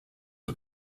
are